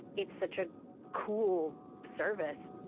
it's such a cool service